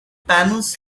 panels